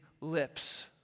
lips